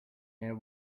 near